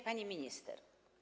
Pani Minister!